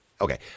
Okay